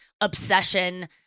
obsession